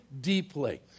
deeply